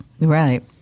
Right